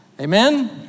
Amen